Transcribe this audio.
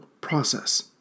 process